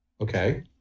Okay